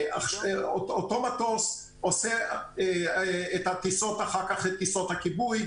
אותו מטוס עושה את הטיסות את טיסות הכיבוי,